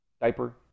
diaper